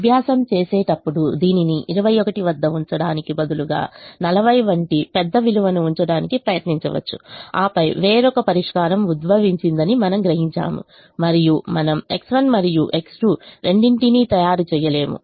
అభ్యాసం చేసేటప్పుడు దీనిని 21 వద్ద ఉంచడానికి బదులుగా 40 వంటి పెద్ద విలువ ను ఉంచడానికి ప్రయత్నించవచ్చు ఆపై వేరొక పరిష్కారం ఉద్భవించిందని మనం గ్రహించాము మరియు మనం X1 మరియు X2 రెండింటి నీ తయారు చేయలేము